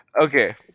Okay